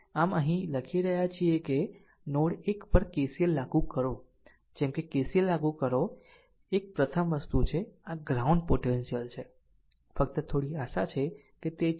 આમ અહીં લખી રહ્યા છે કે નોડ 1 પર KCL લાગુ કરો જેમ કે KCL લાગુ કરો 1 પ્રથમ વસ્તુ છે આ ગ્રાઉન્ડ પોટેન્શિયલ છે ફક્ત થોડી આશા છે કે તે છે